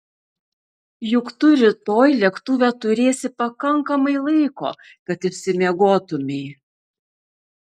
juk tu rytoj lėktuve turėsi pakankamai laiko kad išsimiegotumei